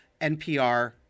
NPR